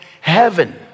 heaven